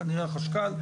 כנראה החשכ"ל,